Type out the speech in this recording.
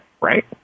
right